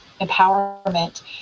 empowerment